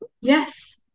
Yes